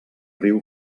riu